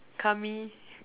kami